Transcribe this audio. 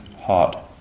hot